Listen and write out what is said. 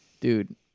dude